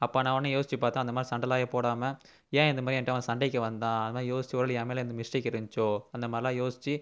அப்போ நான் உடனே யோசிச்சு பார்த்தேன் அந்த மாதிரி சண்டைலாம் போடாமல் ஏன் இந்த மாதிரி என்கிட்ட அவன் சண்டைக்கு வந்தான் அந்த மாதிரி யோசிச்சு என்மேலே என்ன மிஸ்ட்டேக் இருந்துச்சோ அந்த மாதிரிலாம் யோசிச்சு